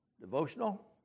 devotional